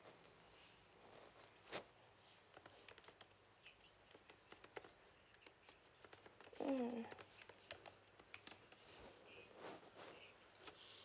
mm